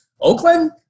Oakland